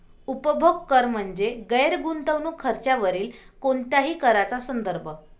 उपभोग कर म्हणजे गैर गुंतवणूक खर्चावरील कोणत्याही कराचा संदर्भ